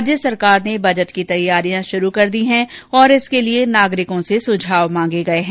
राज्य सरकार ने बजट की तैयारियां शुरू कर दी हैं और इसके लिए नागरिकों से सुझाव मांगे गये है